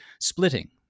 splitting